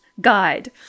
guide